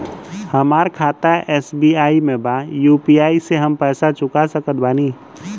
हमारा खाता एस.बी.आई में बा यू.पी.आई से हम पैसा चुका सकत बानी?